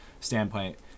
standpoint